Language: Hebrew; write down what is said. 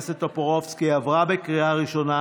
קרימינולוג קליני),